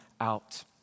out